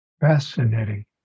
Fascinating